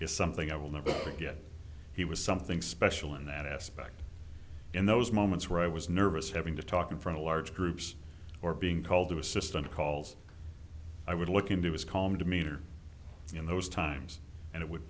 is something i will never forget he was something special in that aspect in those moments where i was nervous having to talk in front of large groups or being called the assistant calls i would look into his calm demeanor in those times and it would